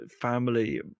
family